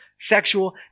sexual